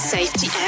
Safety